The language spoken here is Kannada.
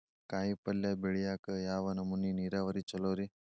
ಕಾಯಿಪಲ್ಯ ಬೆಳಿಯಾಕ ಯಾವ ನಮೂನಿ ನೇರಾವರಿ ಛಲೋ ರಿ?